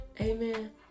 Amen